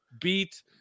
beat